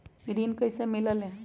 ऋण कईसे मिलल ले?